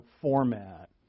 format